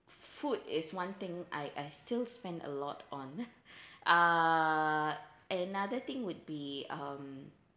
food is one thing I I still spend a lot on uh another thing would be um